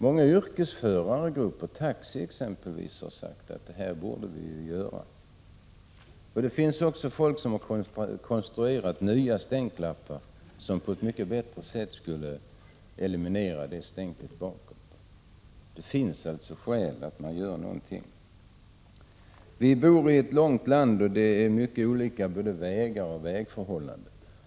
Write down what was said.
Många yrkesförargrupper, taxiförare exempelvis, anser att en sådan här åtgärd borde vidtas. Nya stänkskydd har konstruerats, som på ett mycket bättre sätt eliminerar stänk bakåt. Det finns alltså skäl att göra någonting. Vi bor i ett avlångt land med mycket olika vägar och vägförhållanden.